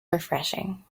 refreshing